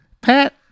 pat